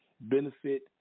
benefit